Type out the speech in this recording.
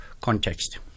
context